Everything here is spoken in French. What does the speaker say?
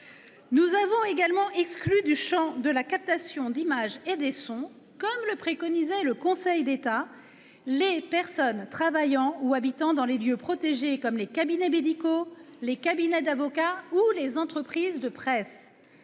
Nous avons également exclu du champ de la captation d'images et de sons, comme le préconisait le Conseil d'État, les personnes travaillant ou habitant dans les lieux protégés, comme les cabinets médicaux, les cabinets d'avocats ou les entreprises de presse.